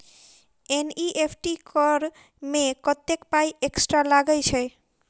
NEFT करऽ मे कत्तेक पाई एक्स्ट्रा लागई छई?